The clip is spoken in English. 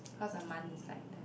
cause a month is like ten